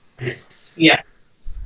Yes